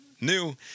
new